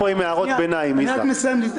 אנחנו פה עם הערות ביניים, יזהר.